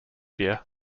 beer